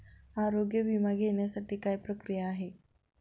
आरोग्य विमा घेण्यासाठी काय प्रक्रिया आहे?